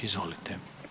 Izvolite.